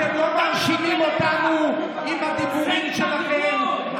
אתם לא מרשימים אותנו עם הדיבורים שלכם.